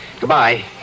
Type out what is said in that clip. Goodbye